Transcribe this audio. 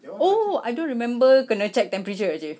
oh I don't remember kena check temperature actually